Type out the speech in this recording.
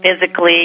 Physically